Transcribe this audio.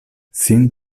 sin